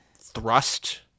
thrust